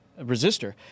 resistor